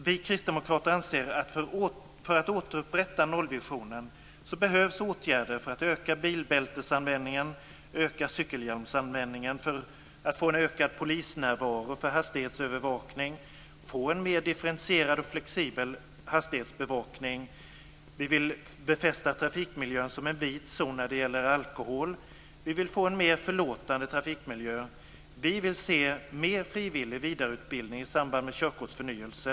Vi kristdemokrater anser att för att återupprätta nollvisionen behövs åtgärder för att öka bilbältesanvändningen, öka cykelhjälmsanvändningen, få en ökad polisnärvaro för hastighetsövervakning, få en mer differentierad och flexibel hastighetsbevakning. Vi vill befästa trafikmiljön som en vit zon när det gäller alkohol. Vi vill få en mer förlåtande trafikmiljö. Vi vill se mer frivillig vidareutbildning i samband med körkortsförnyelse.